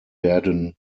werden